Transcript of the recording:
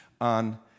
on